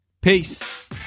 Peace